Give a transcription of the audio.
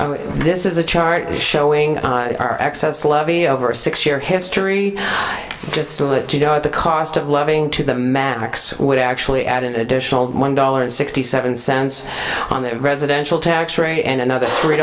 be this is a chart showing our excess levy over a six year history just to let you know the cost of living to the max would actually add an additional one dollar and sixty seven cents on the residential tax rate and another